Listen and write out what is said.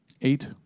Eight